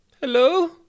Hello